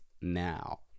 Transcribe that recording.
now